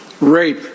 Rape